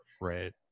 Right